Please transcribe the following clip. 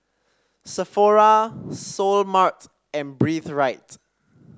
Sephora Seoul Mart and Breathe Right